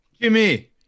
Jimmy